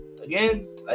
Again